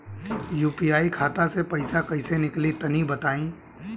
UPI खाता से पइसा कइसे निकली तनि बताई?